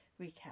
recap